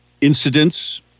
Incidents